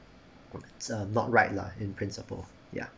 o~ it's uh not right lah in principle ya